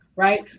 Right